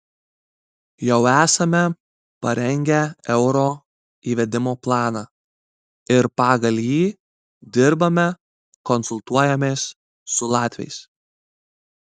jau esame parengę euro įvedimo planą ir pagal jį dirbame konsultuojamės su latviais